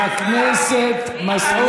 חבר הכנסת מסעוד גנאים.